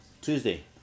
Tuesday